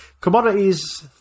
commodities